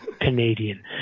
Canadian